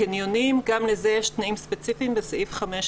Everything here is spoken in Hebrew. קניונים גם לזה יש תנאים ספציפיים בסעיף 5,